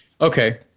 Okay